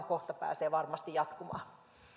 kohta pääsee varmasti jatkumaan